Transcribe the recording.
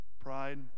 pride